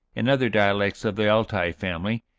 and other dialects of the altai family,